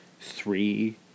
three